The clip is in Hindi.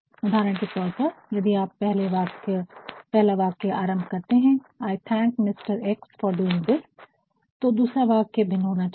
उदाहरण के तौर पर यदि आप पहले वाक्य आरंभ करते हैं " I thank mister X for doing this" 'I thank mister x for doing this तो दूसरा वाक्य भिन्न होना चाहिए